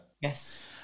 yes